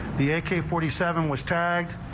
the okay forty seven was tagged.